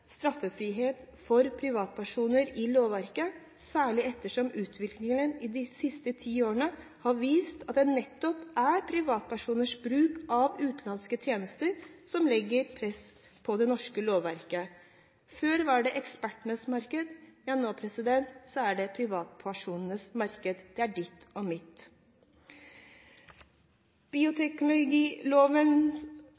for privatpersoner i lovverket, særlig ettersom utviklingen de siste ti årene har vist at det nettopp er privatpersoners bruk av utenlandske tjenester som legger press på det norske lovverket. Før var det ekspertenes marked, nå er det privatpersonenes marked – det er ditt og mitt.